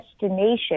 destination